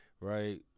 right